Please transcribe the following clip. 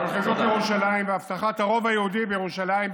חיזוק ירושלים והבטחת הרוב היהודי בירושלים,